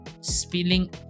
spilling